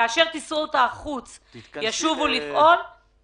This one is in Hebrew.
כאשר טיסות החוץ ישובו לפעול